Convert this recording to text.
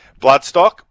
bloodstock